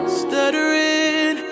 stuttering